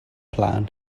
plan